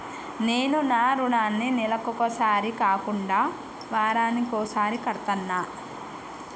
నేను నా రుణాన్ని నెలకొకసారి కాకుండా వారానికోసారి కడ్తన్నా